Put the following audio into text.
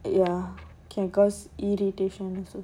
ya can cause irritation also